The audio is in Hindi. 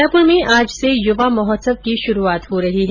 उदयपुर में आज से युवा महोत्सव की शुरूआत हो रही है